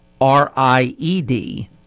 R-I-E-D